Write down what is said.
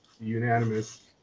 Unanimous